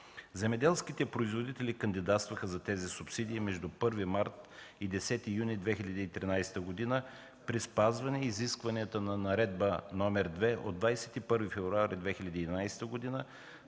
Земеделските производители кандидатстваха за тези субсидии между 1 март и 10 юни 2013 г. при спазване изискванията на Наредба № 2 от 21 февруари 2011 г.